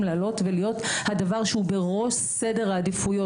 לעלות ולהיות הדבר שהוא בראש סדר העדיפויות,